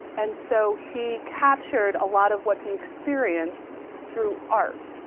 and so he captured a lot of what he experienced through art.